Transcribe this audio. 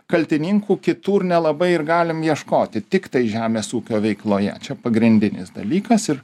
kaltininkų kitur nelabai ir galim ieškoti tiktai žemės ūkio veikloje čia pagrindinis dalykas ir